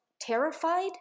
terrified